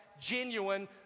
genuine